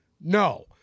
No